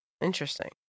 Interesting